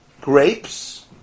grapes